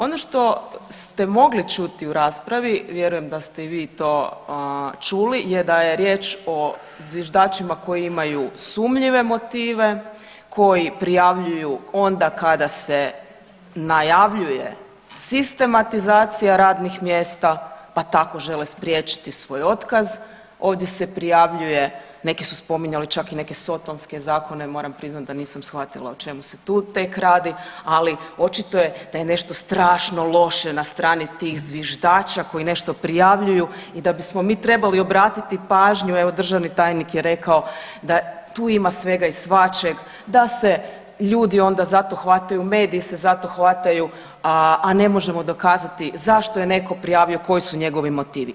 Ono što ste mogli čuti u raspravi, vjerujem da ste i vi to čuli je da je riječ o zviždačima koji imaju sumljive motive, koji prijavljuju onda kada se najavljuje sistematizacija radnih mjesta, pa tako žele spriječiti svoj otkaz, ovdje se prijavljuje neki su spominjali čak i neke sotonske zakone, moram priznati o čemu se tu tek radi, ali očito je da je nešto strašno loše na strani tih zviždača koji nešto prijavljuju i da bismo mi trebali obratiti pažnju, evo državni tajnik je rekao da tu ima svega i svačeg, da se ljudi onda za to hvataju, mediji se za to hvataju, a ne možemo dokazati zašto je neko prijavio, koji su njegovi motivi.